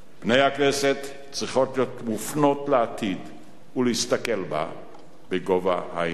פני הכנסת צריכות להיות מופנות לעתיד ולהסתכל בו בגובה העיניים.